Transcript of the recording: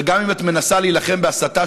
וגם אם את מנסה להילחם בהסתה,